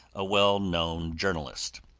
a well-known journalist.